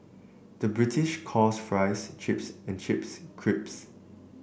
the British calls fries chips and chips crisps